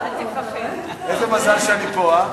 איזה מזל שאני פה.